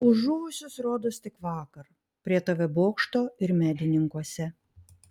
už žuvusius rodos tik vakar prie tv bokšto ir medininkuose